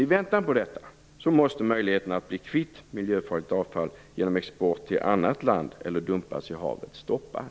I väntan på detta måste möjligheten att bli kvitt miljöfarligt avfall genom export till annat land eller genom dumpning i havet stoppas.